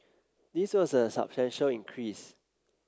this was a substantial increase